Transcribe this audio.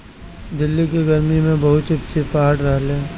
दिल्ली के गरमी में बहुते चिपचिपाहट रहेला